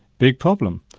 big problem.